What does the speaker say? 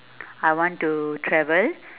I want to travel